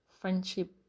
friendship